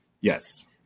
Yes